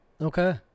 Okay